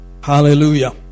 Hallelujah